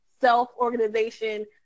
self-organization